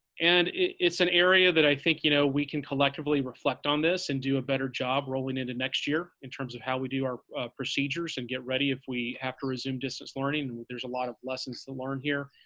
and it's an area that i think, you know we can collectively reflect on this and do a better job rolling into next year in terms of how we do our procedures and get ready if we have to resume distance learning. there's a lot of lessons to learn here.